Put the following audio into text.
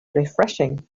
refreshing